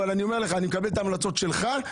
אני מקבל את ההמלצות שלך,